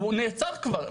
הוא נעצר כבר,